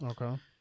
okay